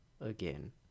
again